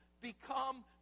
become